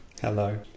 Hello